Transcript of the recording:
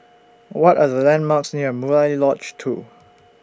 What Are The landmarks near Murai Lodge two